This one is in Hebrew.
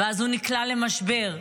ואז הוא נקלע למשבר,